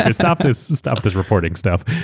and stop this stop this reporting stuff.